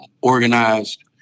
organized